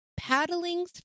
Paddlings